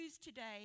today